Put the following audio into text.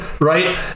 right